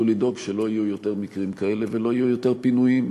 לדאוג שלא יהיו יותר מקרים כאלה ולא יהיו יותר פינויים.